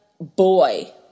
boy